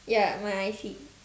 yeah my I_C